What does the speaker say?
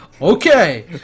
Okay